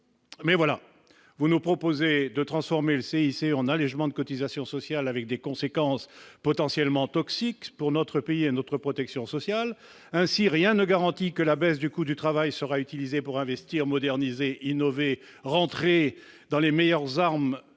cause, vous nous proposez de transformer le CICE en un allégement de cotisations sociales, ce qui aura des conséquences potentiellement toxiques pour notre pays et notre protection sociale. Ainsi, rien ne garantit que la baisse du coût du travail sera utilisée pour investir, moderniser, innover ou renforcer nos armes